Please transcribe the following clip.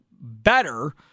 better